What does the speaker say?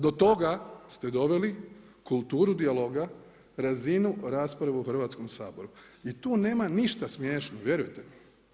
Do toga ste doveli kulturu dijaloga, razinu rasprave u Hrvatskom saboru i tu nema ništa smiješno, vjerujte mi.